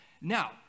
Now